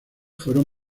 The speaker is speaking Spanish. fueron